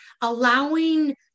allowing